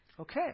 Okay